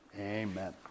Amen